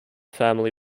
family